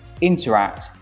interact